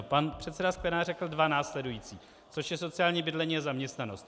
Pan předseda Sklenák řekl dva následující, což je sociální bydlení a zaměstnanost.